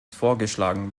vorgeschlagen